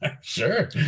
Sure